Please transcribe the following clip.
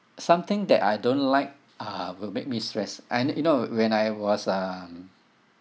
something that I don't like uh will make me stressed and you know when I was um